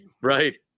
Right